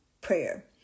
prayer